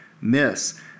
miss